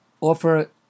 offer